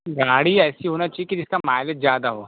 गाड़ी ऐसी होना चाहिए कि जिसका माइलेज ज़्यादा हो